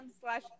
Slash